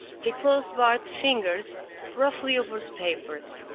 he closed bart's fingers roughly over the papers.